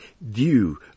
view